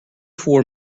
four